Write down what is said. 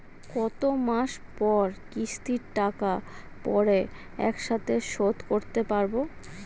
কত মাস পর কিস্তির টাকা পড়ে একসাথে শোধ করতে পারবো?